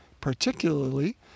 particularly